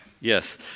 yes